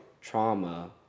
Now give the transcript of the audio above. trauma